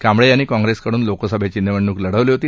कांबळे यांनी काँप्रेसकडून लोकसभेची निवडणूक लढवली होती